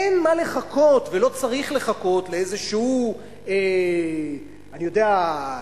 אין מה לחכות ולא צריך לחכות לאיזשהו, אני יודע?